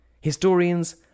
Historians